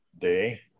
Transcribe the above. Day